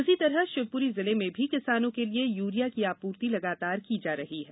इसी प्रकार शिवपुरी जिले में भी किसानों के लिए यूरिया की आपूर्ति लगातार की जा रही है